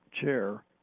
chair